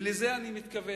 ולזה אני מתכוון.